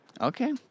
okay